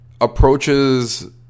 approaches